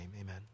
amen